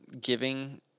giving